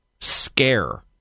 scare